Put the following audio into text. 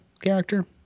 character